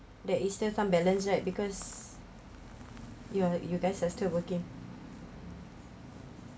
there is still some balance right because you are you guys are still working